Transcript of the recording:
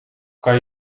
kan